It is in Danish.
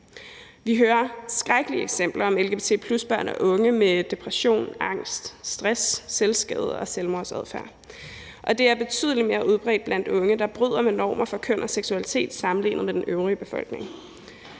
Vi hører skrækkelige eksempler om lgbt+-børn og -unge med depression, angst, stress, selvskadende adfærd og selvmordsadfærd, og det er betydelig mere udbredt blandt unge, der bryder med normer for køn og seksualitet, sammenlignet med den øvrige befolkning,